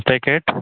packet